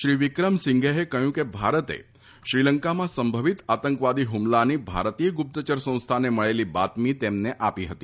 શ્રી વિક્રમસીંઘેએ કહ્યું કે ભારતે શ્રીલંકામાં સંભવિત આતંકવાદી હુમલાની ભારતીય ગુપ્તચર સંસ્થાને મળેલી બાતમી તેમને આપી હતી